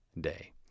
day